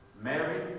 Mary